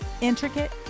Intricate